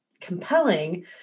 compelling